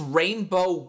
rainbow